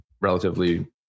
relatively